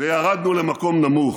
וירדנו למקום נמוך.